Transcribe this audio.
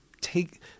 take –